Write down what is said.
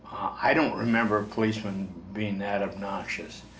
i don't remember policemen being that obnoxious.